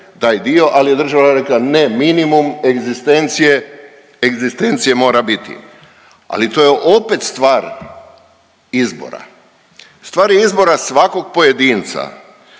taj dio, ali je država rekla ne, minimum egzistencije mora biti. Ali to je opet stvar izbora. Stvar je izbora svakog pojedinca